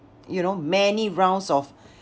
you know many rounds of